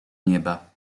nieba